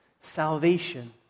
Salvation